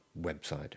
website